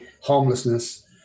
homelessness